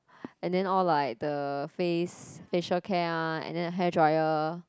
and then all like the face facial care and then the hairdryer